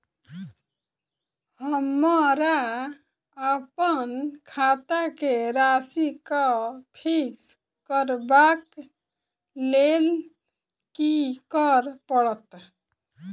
हमरा अप्पन खाता केँ राशि कऽ फिक्स करबाक लेल की करऽ पड़त?